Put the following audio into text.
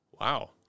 Wow